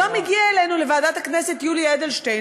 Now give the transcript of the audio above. היום הגיע אלינו לוועדת הכנסת יולי אדלשטיין,